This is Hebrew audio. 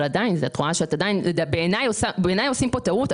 אבל עדיין לדעתי עושים טעות.